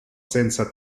senza